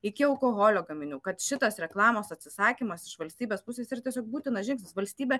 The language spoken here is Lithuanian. iki alkoholio gaminių kad šitas reklamos atsisakymas iš valstybės pusės yra tiesiog būtinas žingsnis valstybė